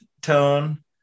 tone